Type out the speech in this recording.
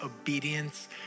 obedience